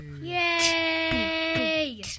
Yay